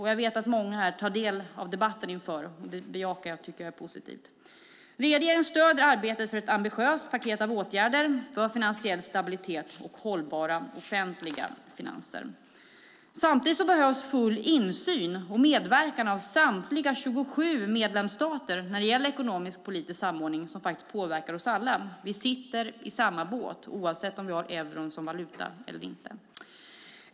Jag vet att många här tar del av debatten inför den, och det bejakar jag och tycker är positivt. Regeringen stöder arbetet för ett ambitiöst paket av åtgärder för finansiell stabilitet och hållbara offentliga finanser. Samtidigt behövs full insyn och medverkan av samtliga 27 medlemsstater när det gäller ekonomisk och politisk samordning som faktiskt påverkar oss alla. Vi sitter i samma båt, oavsett om vi har euron som valuta eller inte.